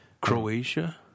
Croatia